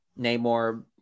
Namor